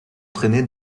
traînait